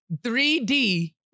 3D